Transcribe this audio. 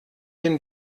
den